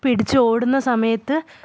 പിടിച്ച് ഓടുന്ന സമയത്ത്